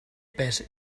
pes